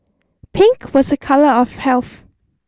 pink was a colour of health